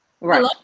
Right